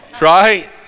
Right